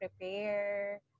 prepare